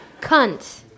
Cunt